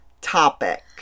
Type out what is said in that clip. topic